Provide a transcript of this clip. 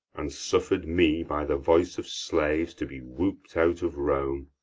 and suffer'd me by the voice of slaves to be whoop'd out of rome.